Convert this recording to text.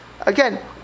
Again